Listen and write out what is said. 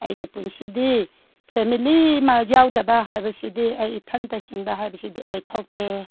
ꯑꯩꯒꯤ ꯄꯨꯟꯁꯤꯗꯤ ꯐꯦꯃꯤꯂꯤ ꯑꯃ ꯌꯥꯎꯗꯕ ꯍꯥꯏꯕꯁꯤꯗꯤ ꯑꯩ ꯏꯊꯟꯇ ꯍꯤꯡꯕ ꯍꯥꯏꯕꯁꯤꯗꯤ ꯑꯣꯏꯊꯣꯛꯇꯦ